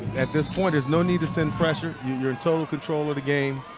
at this point there's no need to send pressure. you're in total control of the game.